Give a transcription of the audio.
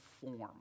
form